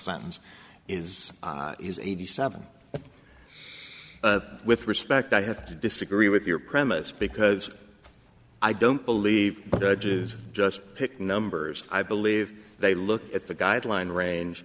sentence is is eighty seven with respect i have to disagree with your premise because i don't believe it is just pick numbers i believe they look at the guideline range